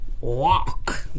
walk